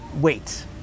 Wait